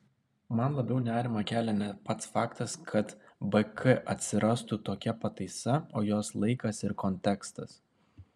man labiau nerimą kelia ne pats faktas kad bk atsirastų tokia pataisa o jos laikas ir kontekstas